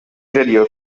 video